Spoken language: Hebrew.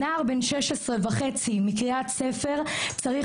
נער בן שש עשרה וחצי מקריית ספר צריך